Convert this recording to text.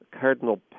Cardinal